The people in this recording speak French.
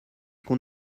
qu’on